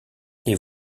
les